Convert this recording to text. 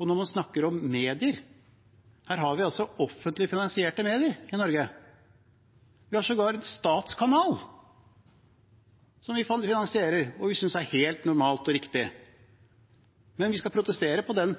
Når man snakker om medier: Vi har offentlig finansierte medier i Norge. Vi har sågar en statskanal, som vi finansierer, og vi synes det er helt normalt og riktig, men vi skal protestere på den